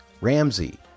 Ramsey